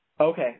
Okay